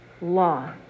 law